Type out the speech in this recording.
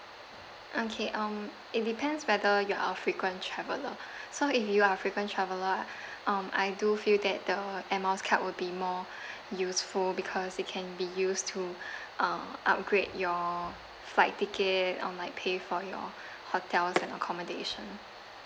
okay um it depends whether you're a frequent traveller so if you are frequent traveller um I do feel that the air miles card would be more useful because it can be used to uh upgrade your flight ticket or like pay for your hotels and accommodation